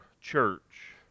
Church